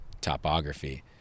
topography